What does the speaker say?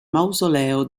mausoleo